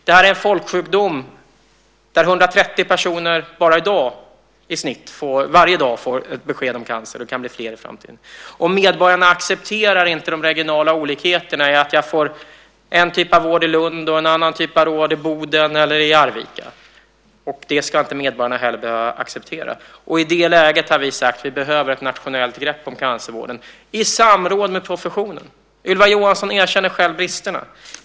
Det här är en folksjukdom där i snitt 130 personer varje dag får ett besked om cancer - det kan bli fler i framtiden. Medborgarna accepterar inte de regionala olikheterna, att man får en typ av vård i Lund och en annan typ av vård i Boden eller i Arvika. Det ska inte medborgarna behöva acceptera. I det läget har vi sagt att vi behöver ett nationellt grepp om cancervården, i samråd med professionen. Ylva Johansson erkänner själv bristerna.